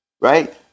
right